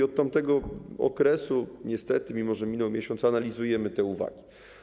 Od tego czasu niestety, mimo że minął miesiąc, analizujemy te uwagi.